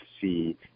see